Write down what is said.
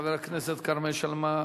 וחבר הכנסת כרמל שאמה,